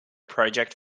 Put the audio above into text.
project